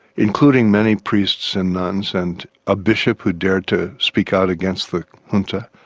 including many priests and nuns, and a bishop who dared to speak out against the junta.